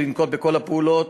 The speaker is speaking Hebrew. לנקוט את כל הפעולות,